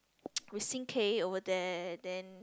we sing K over there then